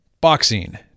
boxing